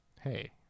Hey